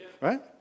right